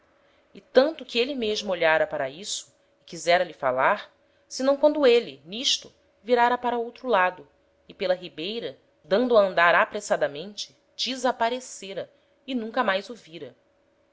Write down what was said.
e tanto que êle mesmo olhára para isso e quisera lhe falar senão quando êle n'isto virára para outro lado e pela ribeira dando a andar apressadamente desaparecêra e nunca mais